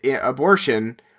abortion